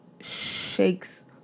shakes